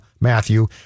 Matthew